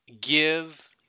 give